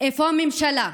איפה הממשלה?